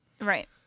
Right